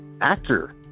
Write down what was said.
actor